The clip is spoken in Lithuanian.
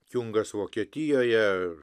kiungas vokietijoje